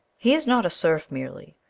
he is not a serf merely,